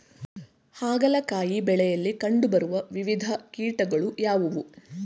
ಹಾಗಲಕಾಯಿ ಬೆಳೆಯಲ್ಲಿ ಕಂಡು ಬರುವ ವಿವಿಧ ಕೀಟಗಳು ಯಾವುವು?